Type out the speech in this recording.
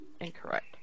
incorrect